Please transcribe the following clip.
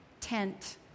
tent